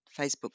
Facebook